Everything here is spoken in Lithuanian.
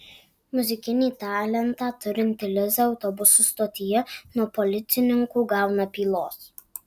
muzikinį talentą turinti liza autobusų stotyje nuo policininkų gauna pylos